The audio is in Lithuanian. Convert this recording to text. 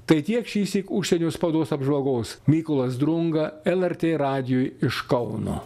tai tiek šįsyk užsienio spaudos apžvalgos mykolas drunga lrt radijui iš kauno